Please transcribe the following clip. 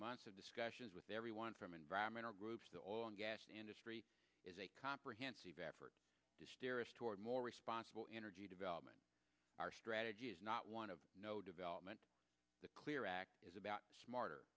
months of discussions with everyone from environmental groups the oil and gas industry is a comprehensive effort toward more responsible energy development our strategy is not one of no development the clear act is about smarter